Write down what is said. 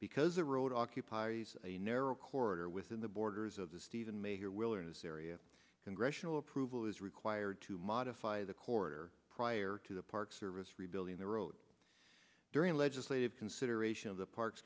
because a road occupies a narrow corridor within the borders of the stephen major wilderness area congressional approval is required to modify the corridor prior to the park service rebuilding the road during a legislative consideration of the parks